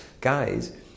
guys